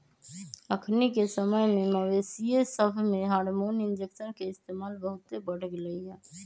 अखनिके समय में मवेशिय सभमें हार्मोन इंजेक्शन के इस्तेमाल बहुते बढ़ गेलइ ह